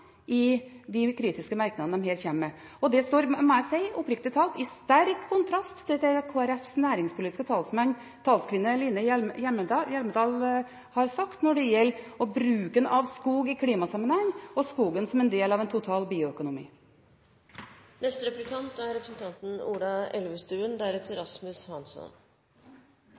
i de kritiske merknadene de her kommer med. Det står – må jeg si, oppriktig talt – i sterk kontrast til det som Kristelig Folkepartis næringspolitiske talskvinne, Line Henriette Hjemdal, har sagt når det gjelder bruken av skog i klimasammenheng og skogen som en del av en total bioøkonomi. Skog- og landskapspleie er